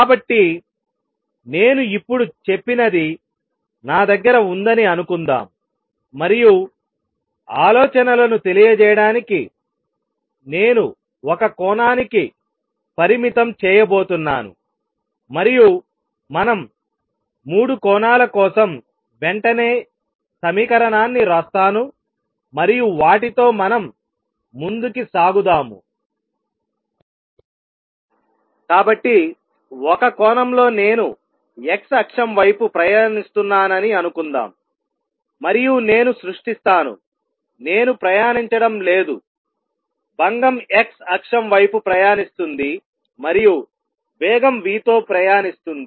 కాబట్టి నేను ఇప్పుడు చెప్పినది నా దగ్గర ఉందని అనుకుందాం మరియు ఆలోచనలను తెలియజేయడానికి నేను ఒక కోణానికి పరిమితం చేయబోతున్నాను మరియు మనం 3 కోణాల కోసం వెంటనే సమీకరణాన్ని వ్రాస్తాను మరియు వాటితో మనం ముందుకు సాగుదాము కాబట్టి ఒక కోణంలో నేను x అక్షం వైపు ప్రయాణిస్తున్నానని అనుకుందాం మరియు నేను సృష్టిస్తానునేను ప్రయాణించడం లేదు భంగం x అక్షం వైపు ప్రయాణిస్తుంది మరియు వేగం v తో ప్రయాణిస్తుంది